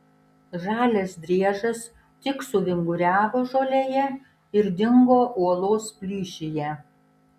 žalias driežas tik suvinguriavo žolėje ir dingo uolos plyšyje